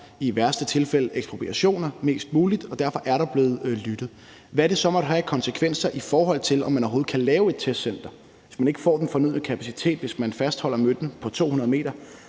i værste tilfælde ekspropriationer mest muligt, og derfor er der blevet lyttet. Hvad det så måtte have af konsekvenser, i forhold til om man overhovedet kan lave et testcenter, hvis man ikke får den fornødne kapacitet, altså hvis man fastholder møllen på 200 m,